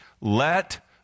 Let